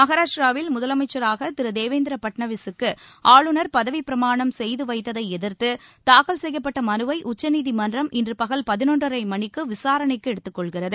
மஹாராஷ்ட்ராவில் முதலமைச்சராக திரு தேவேந்திர பட்நவில்ஸுக்கு ஆளுநர் பதவிப்பிரமாணம் செய்து வைத்ததை எதிர்த்து தாக்கல் செய்யப்பட்ட மனுவை உச்சநீதிமன்றம் இன்று பகல் பதினொன்றரை மணிக்கு விசாரணைக்கு எடுத்துக் கொள்கிறது